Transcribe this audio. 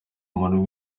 umuntu